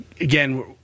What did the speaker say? again